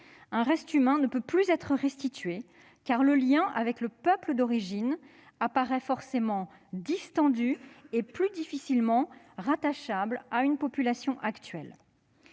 un reste humain ne peut plus être restitué, car le lien avec le peuple d'origine apparaît forcément distendu et plus difficilement rattachable à une population actuelle.